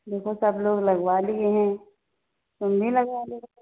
देखो सब लोग लगवा लिए हैं तुम भी लगवा लो